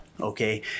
Okay